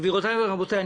גבירותיי ורבותיי,